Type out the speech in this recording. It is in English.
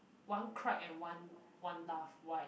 one clap and one one laugh why